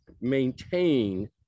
maintain